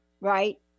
right